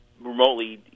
remotely